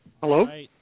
Hello